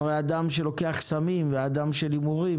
הרי אדם שלוקח סמים ואדם שמהמר,